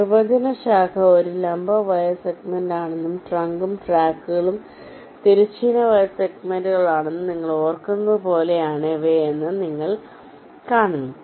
നിർവചന ശാഖ ഒരു ലംബ വയർ സെഗ്മെന്റാണെന്നും ട്രങ്കും ട്രാക്കുകളും തിരശ്ചീന വയർ സെഗ്മെന്റുകളാണെന്നും നിങ്ങൾ ഓർക്കുന്നത് പോലെയാണ് ഇവയെന്ന് ഇവിടെ നിങ്ങൾ കാണുന്നു